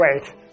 Wait